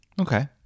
Okay